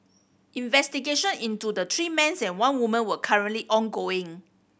investigation into the three men's and one woman were currently ongoing